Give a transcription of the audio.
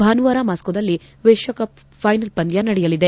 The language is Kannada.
ಭಾನುವಾರ ಮಾಸ್ತೋದಲ್ಲಿ ವಿಶ್ವಕಪ್ ಫೈನಲ್ ಪಂದ್ಯ ನಡೆಯಲಿದೆ